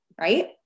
Right